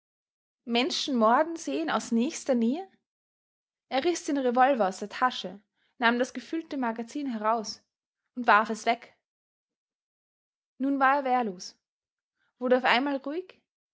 menschen morden sehen aus nächster nähe er riß den revolver aus der tasche nahm das gefüllte magazin heraus und warf es weg nun war er wehrlos wurde auf einmal ruhig